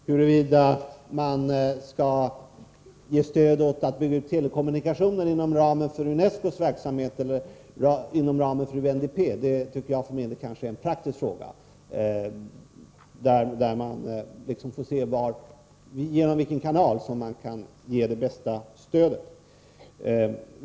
Huruvida man skall ge stöd åt utbyggnad av telekommunikationer inom ramen för UNESCO:s verksamhet eller inom ramen för UNDP tycker jag för min del är en praktisk fråga, där man får ta hänsyn till genom vilken kanal man kan ge det bästa stödet.